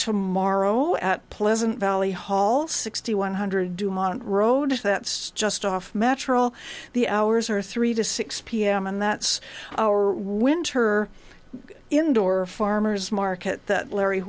tomorrow at pleasant valley hall sixty one hundred dumont road that's just off metro the hours are three to six pm and that's our winter indoor farmer's market that larry